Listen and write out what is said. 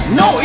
no